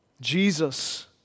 Jesus